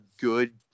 good